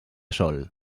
sol